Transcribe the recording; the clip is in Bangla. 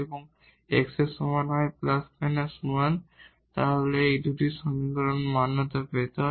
এবং x এর সমান ± 1 এই দুটি সমীকরণ মান্যতা পেতে হয়